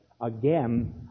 Again